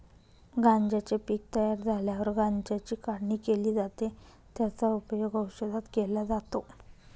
गांज्याचे पीक तयार झाल्यावर गांज्याची काढणी केली जाते, त्याचा उपयोग औषधात केला जातो